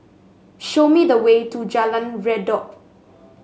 show me the way to Jalan Redop